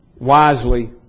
wisely